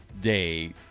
Day